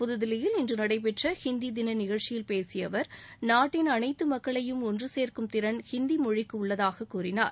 புதில்லியில் இன்று நடைபெற்ற ஹிந்தி தின நிகழ்ச்சியில் பேசிய அவர் நாட்டின் அனைத்து மக்களையும் ஒன்று சேர்க்கும் திறன் ஹிந்தி மொழிக்கு உள்ளதாக கூறினார்